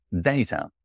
data